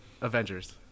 avengers